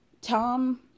Tom